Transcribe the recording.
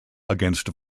against